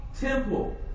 temple